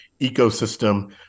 ecosystem